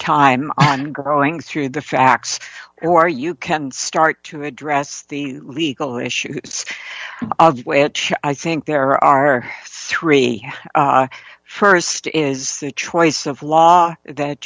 time and growing through the facts or you can start to address the legal issues of which i think there are three st is the choice of law that